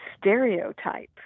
stereotype